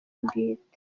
bwite